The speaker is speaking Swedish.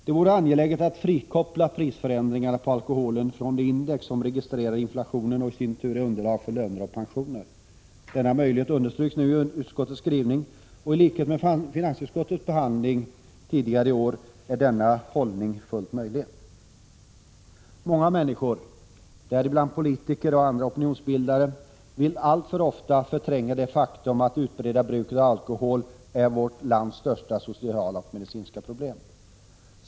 Det vore angeläget att frikoppla prisförändringarna på alkoholen från det index som registrerar inflationen och i sin tur är underlag för löner och pensioner. Denna möjlighet understryks nu i utskottets skrivning, och i likhet med finansutskottets behandling tidigare i år är denna hållning fullt möjlig. Många människor, däribland politiker och andra opinionsbildare, vill alltför ofta förtränga det faktum att det utbredda bruket av alkohol är vårt lands största sociala och medicinska problem.